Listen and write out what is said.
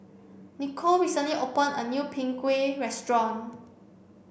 Nicole recently opened a new Png Kueh restaurant